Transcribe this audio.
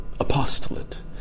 apostolate